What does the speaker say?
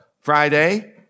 Friday